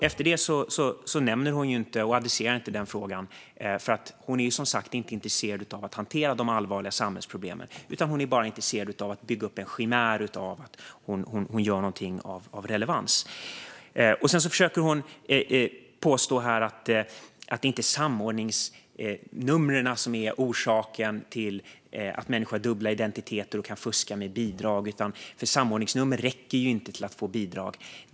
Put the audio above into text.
Efter det adresserade hon inte den frågan, för hon är som sagt inte intresserad av att hantera de allvarliga samhällsproblemen; hon är bara intresserad av att bygga upp en chimär av att hon gör någonting av relevans. Sedan försöker hon påstå att det inte är samordningsnumren som är orsaken till att människor har dubbla identiteter och kan fuska med bidrag, för det räcker ju inte med ett samordningsnummer för att få bidrag.